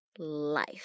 life